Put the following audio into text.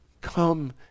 come